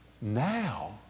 Now